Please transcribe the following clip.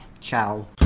Ciao